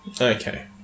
Okay